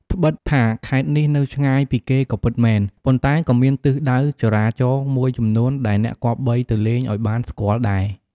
ត្បិតថាខេត្តនេះនៅឆ្ងាយពីគេក៏ពិតមែន ប៉ុន្តែក៏មានទិសដៅចរាចរណ៍មួយចំនួនដែលអ្នកគប្បីទៅលេងឱ្យបានស្គាល់ដែរ។